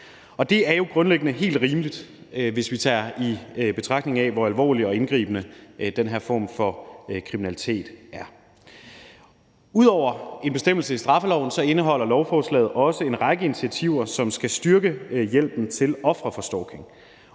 Det er jo grundlæggende helt rimeligt, hvis vi tager i betragtning, hvor alvorlig og indgribende den her form for kriminalitet er. Ud over en bestemmelse i straffeloven indeholder lovforslaget også en række initiativer, som skal styrke hjælpen til ofre for stalking.